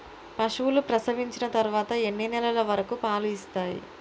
పశువులు ప్రసవించిన తర్వాత ఎన్ని నెలల వరకు పాలు ఇస్తాయి?